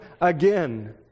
again